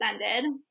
ended